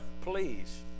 please